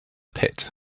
pit